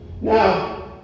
Now